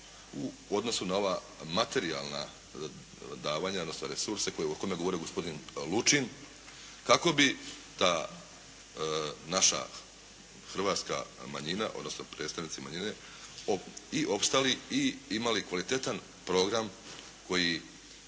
u odnosu na ova materijalna davanja, odnosno resurse o kojima je govorio gospodin Lučin, kako bi ta naša hrvatska manjina, odnosno predstavnici manjine i opstali i imali kvalitetan program koji